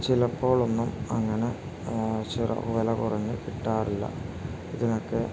ചിലപ്പോഴൊന്നും അങ്ങനെ ചില വില കുറഞ്ഞു കിട്ടാറില്ല ഇതിനൊക്കെ